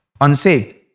Unsaved